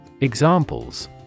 Examples